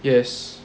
yes